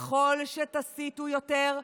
ככל שתסיתו יותר,